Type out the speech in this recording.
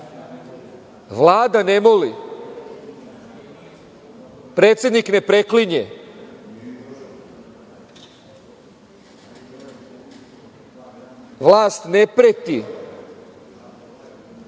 Vlada ne moli, predsednik ne preklinje, vlast ne preti.